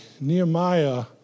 Nehemiah